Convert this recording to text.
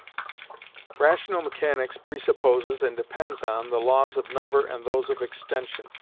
rational mechanics presupposes, and depends on, the laws of number and those of extension,